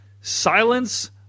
silence